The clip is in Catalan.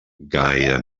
gaire